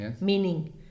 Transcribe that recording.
meaning